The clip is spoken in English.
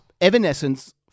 Evanescence